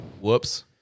Whoops